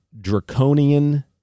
draconian